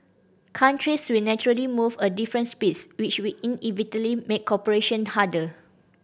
countries will naturally move a different speeds which will make cooperation harder